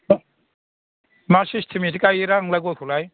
मा सिसटेमैथो गायोरा नोंलाय गयखौलाय